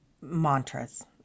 mantras